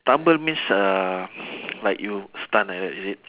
stumble means uh like you stun like that is it